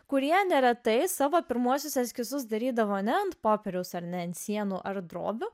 kurie neretai savo pirmuosius eskizus darydavo ne ant popieriaus ar ne ant sienų ar drobių